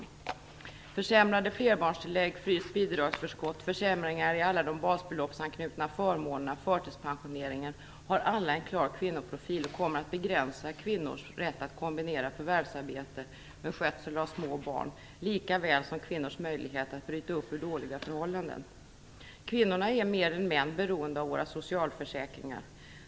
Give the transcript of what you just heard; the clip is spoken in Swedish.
Försämrade flerbarnstillägg, fryst bidragsförskott, försämringar i alla de basbeloppsanknutna förmånerna och förtidspensioneringen har alla en klar kvinnoprofil och kommer att begränsa kvinnors rätt att kombinera förvärvsarbete med skötsel av små barn likaväl som kvinnors möjlighet att bryta upp ur dåliga förhållanden. Kvinnor är mer än män beroende av våra socialförsäkringar.